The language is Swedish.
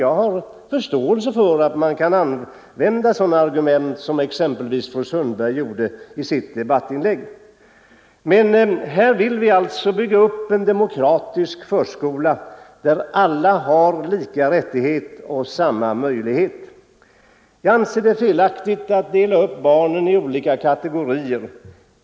Jag har förståelse för att man kan använda sådana argument som exempelvis fru Sundberg gjorde i sitt debattinlägg. Här vill vi alltså bygga upp en demokratisk förskola där alla har lika rättigheter och samma möjlighet. Jag anser det felaktigt att dela upp barnen i olika kategorier.